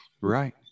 Right